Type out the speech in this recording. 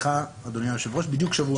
סליחה, אדוני היושב ראש, בדיוק שבוע.